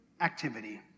activity